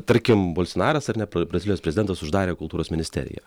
tarkim bolsonaras ar ne brazilijos prezidentas uždarė kultūros ministeriją